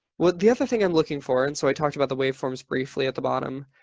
well, the other thing i'm looking for, and so i talked about the waveforms briefly at the bottom,